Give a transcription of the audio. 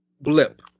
blip